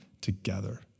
together